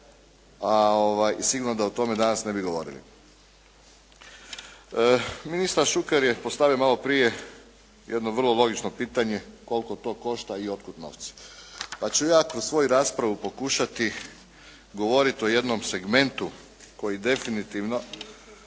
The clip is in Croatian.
a sigurno da o tome danas ne bi govorili. Ministar Šuker je postavio malo pitanje jedno vrlo logično pitanje, koliko to košta i od kuda novci. Pa ću ja kroz svoju raspravu pokušati govoriti o jednom segmentu koji definitivno